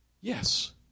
Yes